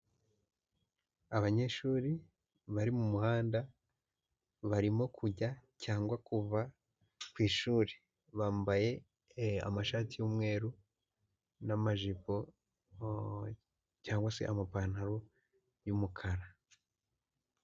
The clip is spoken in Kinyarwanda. Abanyeshuri bari mu muhanda barimo kujya cyangwa kuva ku ishuri, bambaye amashati y'umweru n'amajipo cyangwa se amapantaro y'umukara.